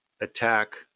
attack